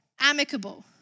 amicable